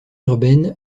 urbaine